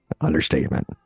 understatement